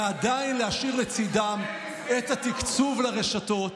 ועדיין להשאיר לצידם את התקצוב לרשתות,